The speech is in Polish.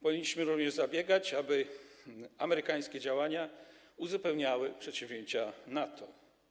Powinniśmy również zabiegać o to, aby amerykańskie działania uzupełniały przedsięwzięcia NATO.